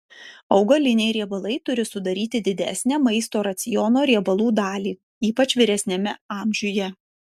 augaliniai riebalai turi sudaryti didesnę maisto raciono riebalų dalį ypač vyresniame amžiuje